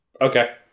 Okay